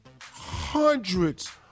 hundreds